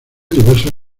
diversos